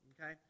okay